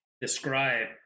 describe